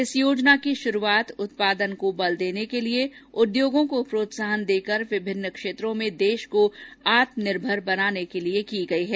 इस योजना की शुरूआत उत्पादन को बल देने के लिए उद्योगों को प्रोत्साहन देकर विभिन्न क्षेत्रों में देश को आत्मनिर्भर बनाने के लिए की गई है